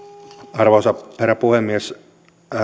arvoisa herra puhemies